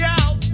out